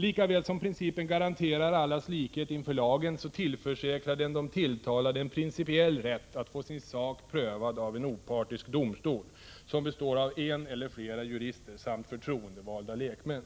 Lika väl som principen garanterar allas likhet inför lagen tillförsäkrar den de tilltalade en principiell rätt att få sin sak prövad av en opartisk domstol, som består av en eller flera jurister samt förtroendevalda lekmän.